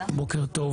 בוקר טוב.